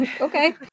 Okay